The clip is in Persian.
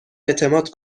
اعتماد